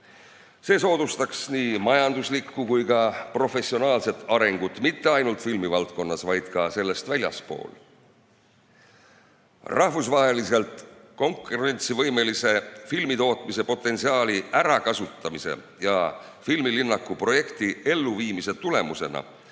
See soodustaks nii majanduslikku kui ka professionaalset arengut mitte ainult filmivaldkonnas, vaid ka sellest väljaspool. Rahvusvaheliselt konkurentsivõimelise filmitootmise potentsiaali ärakasutamise ja filmilinnaku projekti elluviimise tulemusena